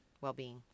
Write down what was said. well-being